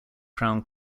crown